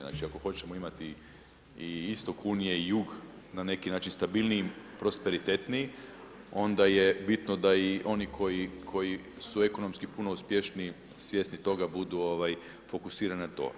Znači, ako hoćemo imati i istok Unije i jug, na neki način stabilnijim, prosperitetniji, onda je bitno da i oni koji su ekonomski puno uspješniji svjesni toga budu fokusirani na to.